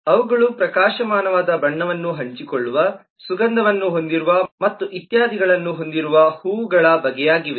ಅವುಗಳು ಪ್ರಕಾಶಮಾನವಾದ ಬಣ್ಣವನ್ನು ಹಂಚಿಕೊಳ್ಳುವ ಸುಗಂಧವನ್ನು ಹೊಂದಿರುವ ಮತ್ತು ಇತ್ಯಾದಿಗಳನ್ನೂ ಹೊಂದಿರುವ ಹೂವುಗಳ ಬಗೆಯಾಗಿವೆ